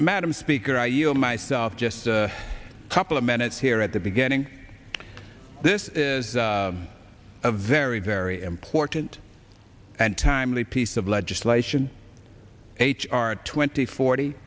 madam speaker i yield myself just a couple of minutes here at the beginning this is a very very important and timely piece of legislation h r twenty forty